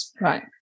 Right